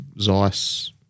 Zeiss